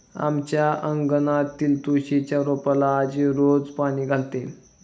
आमच्या अंगणातील तुळशीच्या रोपाला आजी रोज पाणी घालते